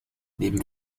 neben